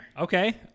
Okay